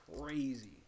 crazy